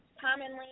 commonly